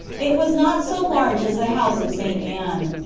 it was not so large as the house of st. anne.